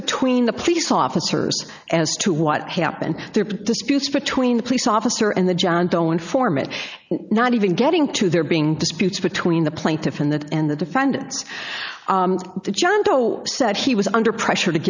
between the police officers as to what happened there are disputes between the police officer and the john doe informant not even getting to there being disputes between the plaintiff and the and the defendants john doe said he was under pressure to